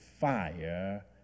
fire